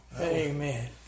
Amen